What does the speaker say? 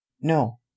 no